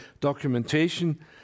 documentation